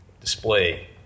display